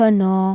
no